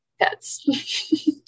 pets